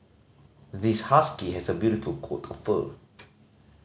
this husky has a beautiful coat of fur